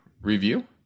review